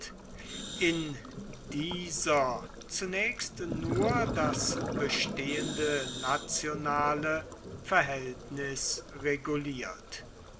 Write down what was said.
in dieser zunächst nur das bestehende nationale verhältnis reguliert